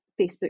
Facebook